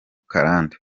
karande